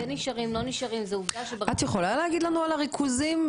את יכולה להגיד לנו מה הריכוזים?